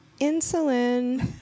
insulin